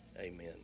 Amen